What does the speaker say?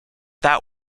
that